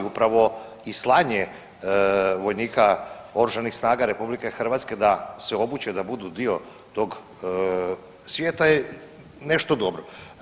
Upravo i slanje vojnika Oružanih snaga RH da se obuče, da budu dio tog svijeta je nešto dobro.